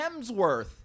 Hemsworth